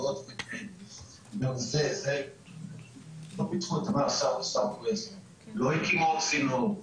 לא פיתחו את --- לא הקימו עוד צינור.